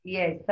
yes